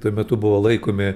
tuo metu buvo laikomi